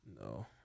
No